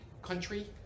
country